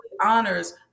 honors